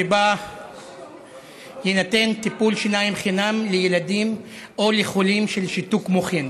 שלפיה יינתן טיפול שיניים חינם לילדים או לחולים בשיתוק מוחין.